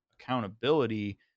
accountability